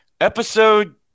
episode